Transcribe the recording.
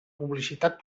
publicitat